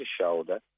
shoulder